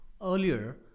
earlier